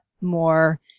more